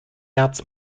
herz